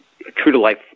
true-to-life